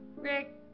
Rick